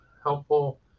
helpful